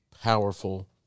powerful